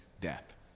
death